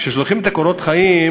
וכשהם שולחים את קורות החיים,